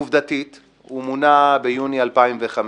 עובדתית הוא מונה ביוני 2015,